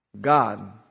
God